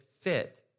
fit